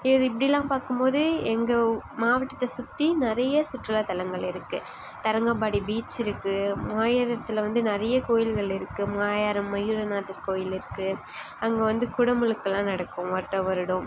இது இப்படிலாம் பார்க்கும் போது எங்க மாவட்டத்தை சுற்றி நிறைய சுற்றுலா தளங்கள் இருக்குது தரங்கம்பாடி பீச் இருக்குது மாயவரத்தில் வந்து நிறைய கோவில்கள் மாயவரம் மயூரநாதர் கோவில் இருக்குது அங்கே வந்து குட முழுக்கெல்லாம் நடக்கும் வருடா வருடம்